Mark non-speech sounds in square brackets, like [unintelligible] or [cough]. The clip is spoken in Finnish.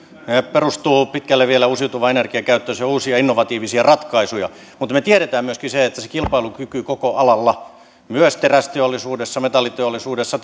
perustuvat pitkälle uusiutuvan energian käyttöön ja on uusia innovatiivisia ratkaisuja mutta me tiedämme myöskin sen että se kilpailukyky koko alalla myös terästeollisuudessa metalliteollisuudessa [unintelligible]